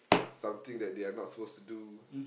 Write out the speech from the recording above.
something that they are not supposed to do